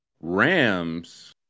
Rams